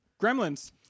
Gremlins